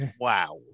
wow